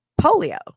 polio